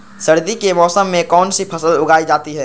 सर्दी के मौसम में कौन सी फसल उगाई जाती है?